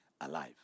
alive